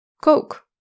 Coke